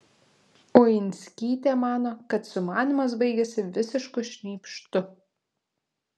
uinskytė mano kad sumanymas baigėsi visišku šnypštu